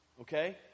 okay